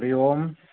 Hari Om